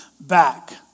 back